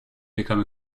become